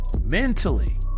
mentally